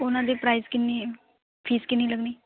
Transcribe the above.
ਉਹਨਾਂ ਦੇ ਪ੍ਰਾਈਜ਼ ਕਿੰਨੀ ਫ਼ੀਸ ਕਿੰਨੀ ਲੱਗਣੀ